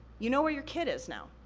you know where your kit is now,